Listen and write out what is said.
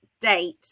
date